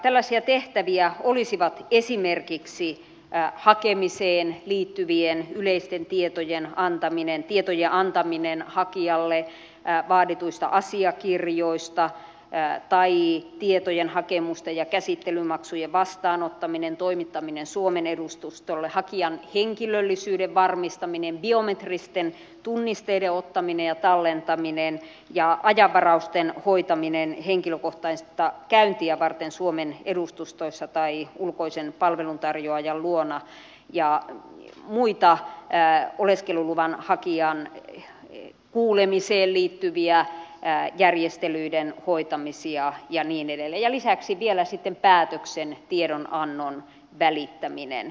tällaisia tehtäviä olisivat esimerkiksi hakemiseen liittyvien yleisten tietojen antaminen tietojen antaminen hakijalle vaadituista asiakirjoista tai tietojen hakemusten ja käsittelymaksujen vastaanottaminen toimittaminen suomen edustustolle hakijan henkilöllisyyden varmistaminen biometristen tunnisteiden ottaminen ja tallentaminen ja ajanvarausten hoitaminen henkilökohtaista käyntiä varten suomen edustustoissa tai ulkoisen palveluntarjoajan luona ja muita oleskeluluvan hakijan kuulemiseen liittyviä järjestelyiden hoitamisia ja niin edelleen ja lisäksi päätöksen tiedonannon välittäminen